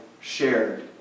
shared